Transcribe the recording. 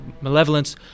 malevolence